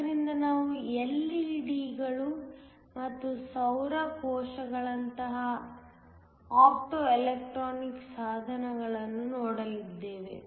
ಆದ್ದರಿಂದ ನಾವು ಎಲ್ಇಡಿಗಳು ಮತ್ತು ಸೌರ ಕೋಶಗಳಂತಹ ಆಪ್ಟೊಎಲೆಕ್ಟ್ರಾನಿಕ್ ಸಾಧನಗಳನ್ನು ನೋಡಲಿದ್ದೇವೆ